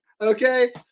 okay